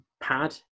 pad